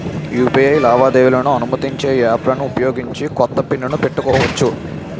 UPI లావాదేవీలను అనుమతించే యాప్లలను ఉపయోగించి కొత్త పిన్ ను పెట్టుకోవచ్చు